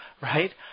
right